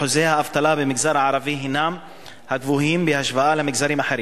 אחוזי האבטלה במגזר הערבי גבוהים בהשוואה למגזרים אחרים.